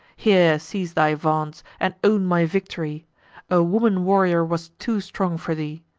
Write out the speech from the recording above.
here cease thy vaunts, and own my victory a woman warrior was too strong for thee.